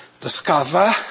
discover